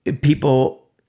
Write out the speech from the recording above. people